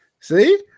See